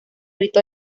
rito